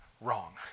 wrong